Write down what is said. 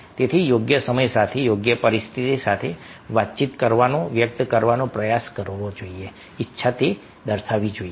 તેથી યોગ્ય સમય સાથે યોગ્ય પરિસ્થિતિ સાથે વાતચીત કરવાનો વ્યક્ત કરવાનો પ્રયાસ કરવો જોઈએ ઈચ્છા હોવી જોઈએ